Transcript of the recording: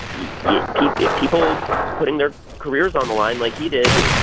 yet people people putting their careers on the line like you did.